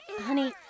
honey